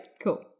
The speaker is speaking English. Cool